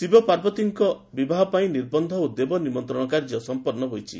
ଶିବପାର୍ବତୀଙ୍କ ବିବାହ ପାଇଁ ନିର୍ବନ୍ଧ ଓ ଦେବନିମନ୍ତଶ କାର୍ଯ୍ୟ ସମ୍ମନ୍ନ ହୋଇଛି